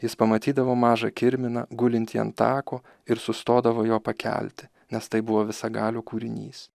jis pamatydavo mažą kirminą gulintį ant tako ir sustodavo jo pakelti nes tai buvo visagalio kūrinys